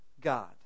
God